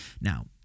Now